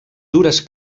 dures